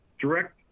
Direct